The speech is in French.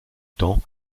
temps